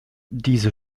diese